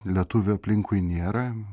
lietuvių aplinkui nėra